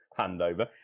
handover